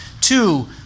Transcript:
Two